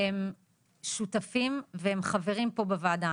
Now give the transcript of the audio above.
הן שותפים והם חברים פה בוועדה,